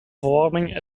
verwarming